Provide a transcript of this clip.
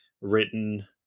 written